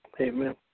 Amen